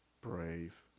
brave